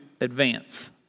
advance